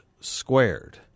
squared